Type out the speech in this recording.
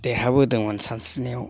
देरहाबोदोंमोन सानस्रिनायाव